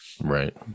right